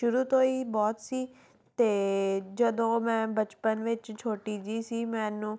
ਸ਼ੁਰੂ ਤੋਂ ਹੀ ਬਹੁਤ ਸੀ ਅ ਤੇ ਜਦੋਂ ਮੈਂ ਬਚਪਨ ਵਿੱਚ ਛੋਟੀ ਜਿਹੀ ਸੀ ਮੈਨੂੰ